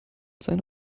seine